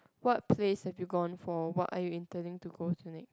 what place have gone for what are you interning to go next